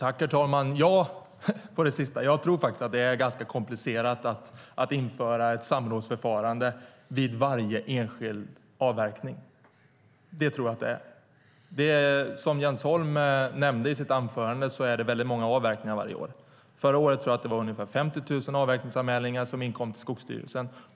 Herr talman! Svaret på den sista frågan är ja. Jag tror faktiskt att det är ganska komplicerat att införa ett samrådsförfarande vid varje enskild avverkning. Det tror jag att det är. Som Jens Holm nämnde i sitt anförande sker det väldigt många avverkningar varje år. Jag tror att det inkom ungefär 50 000 avverkningsanmälningar till Skogsstyrelsen förra året.